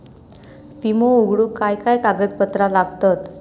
विमो उघडूक काय काय कागदपत्र लागतत?